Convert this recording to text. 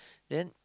then